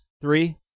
three